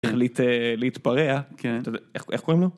החליט להתפרע, כן, איך קוראים לו?